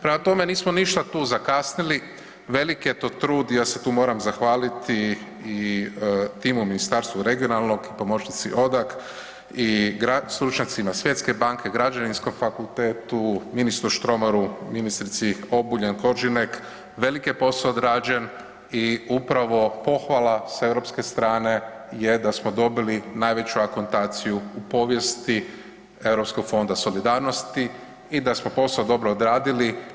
Prema tome, nismo ništa tu zakasnili, veliki je to trud, ja se tu moram zahvaliti i timu Ministarstva regionalnog i pomoćnici Odak i stručnjacima Svjetske banke, Građevinskom fakultetu, ministru Štromaru, ministrici Obuljen Korržinek, velik je posao odrađen i upravo pohvala s europske strane je da smo dobili najveću akontaciju u povijesti Europskog fonda solidarnosti i da smo posao dobro odradili.